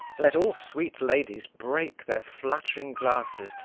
let all sweet ladies break their flatt'ring glasses,